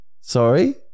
Sorry